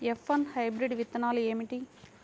F one hybrid విత్తనాలు ఏమిటి?